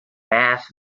ask